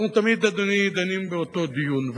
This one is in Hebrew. אנחנו תמיד, אדוני, דנים באותו דיון.